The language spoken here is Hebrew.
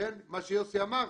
מה שיוסי אמר,